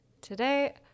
Today